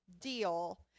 deal